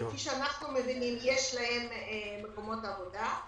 וכפי שאנחנו מבינים, יש להם מקומות עבודה.